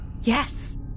Yes